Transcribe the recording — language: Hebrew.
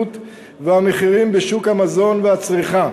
והמחירים בשוק מוצרי המזון והצריכה".